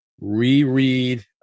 reread